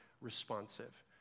responsive